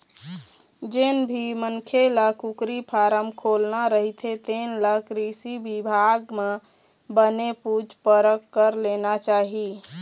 जेन भी मनखे ल कुकरी फारम खोलना रहिथे तेन ल कृषि बिभाग म बने पूछ परख कर लेना चाही